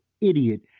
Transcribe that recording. idiot